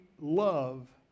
love